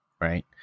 right